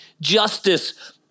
justice